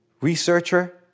researcher